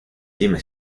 dime